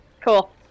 Cool